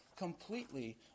completely